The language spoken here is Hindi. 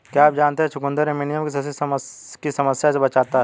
क्या आप जानते है चुकंदर एनीमिया की समस्या से बचाता है?